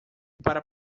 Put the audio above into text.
para